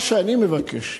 מה שאני מבקש,